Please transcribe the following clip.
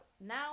now